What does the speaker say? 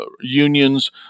unions